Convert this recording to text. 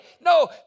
No